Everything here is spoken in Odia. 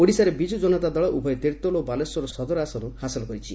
ଓଡ଼ିଶାରେ ବିଜ୍ଞ ଜନତା ଦଳ ଉଭୟ ତିର୍ଭୋଲ ଓ ବାଲେଶ୍ୱର ସଦର ଆସନ ଅକ୍ତିଆର କରିଛି